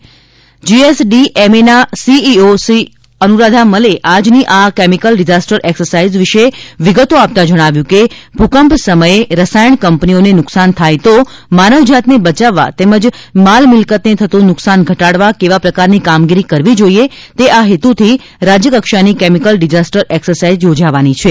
જીએસડીએમએના CEO Shri Anuradha મલે આજની આ કેમિકલ ડિઝાસ્ટર એક્સસાઇઝ વિશે વિગતો આપતા જણાવ્યું હતું કે ભૂકંપ સમયે રસાયણ કંપનીઓને નુકસાન થાય તો માનવજાતને બચાવવા તેમજ માલ મિલકતને થતું નુકસાન ઘટાડવા કેવા પ્રકારની કામગીરી કરવી જોઈએ તે આ હેતુથી રાજ્યકક્ષાની કેમિકલ ડિઝાસ્ટર એક્સાઇઝ યોજાશે